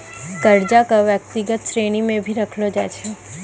कर्जा क व्यक्तिगत श्रेणी म भी रखलो जाय छै